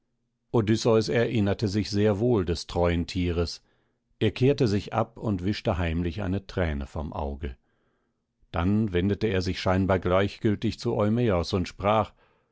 odysseus erinnerte sich sehr wohl des treuen tieres er kehrte sich ab und wischte heimlich eine thräne vom auge dann wendete er sich scheinbar gleichgültig zu eumäos und sprach